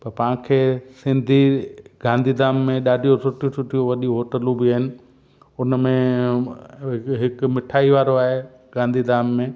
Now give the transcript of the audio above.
त पाण खे सिंधी गांधीधाम में ॾाढियूं सुठियूं सुठियूं वॾी होटलियूं बि आहिनि हुन में हिकु मिठाई वारो आहे गांधीधाम में